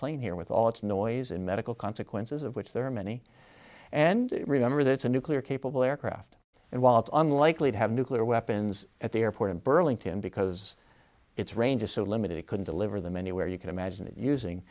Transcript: plane here with all its noise and medical consequences of which there are many and remember that it's a nuclear capable aircraft and while it's unlikely to have nuclear weapons at the airport in burlington because its range is so limited it can deliver them anywhere you can imagine it using